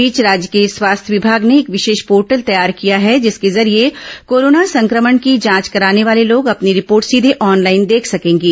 इस बीच राज्य के स्वास्थ्य विभाग ने एक विशेष पोर्टल तैयार किया है जिसके जरिये कोरोना संक्रमण की जांच कराने वाले लोग अपनी रिपोर्ट सीघे ऑनलाइन देख सकेंगे